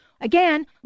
Again